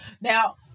Now